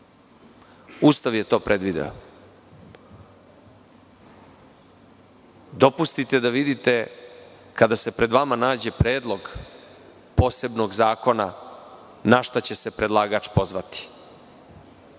Ustav je to predvideo. Dopustite da vidite, kada se pred vama nađe predlog posebnog zakona, našta će se predlagač pozvati.